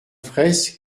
fraysse